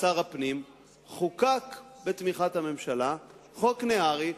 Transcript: כשר הפנים חוקק בתמיכת הממשלה חוק נהרי,